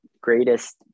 greatest